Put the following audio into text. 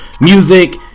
music